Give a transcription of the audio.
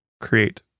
create